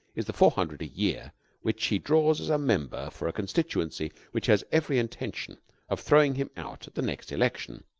is the four hundred a year which he draws as a member for a constituency which has every intention of throwing him out at the next election.